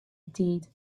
tiid